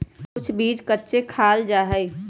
कुछ बीज कच्चे खाल जा हई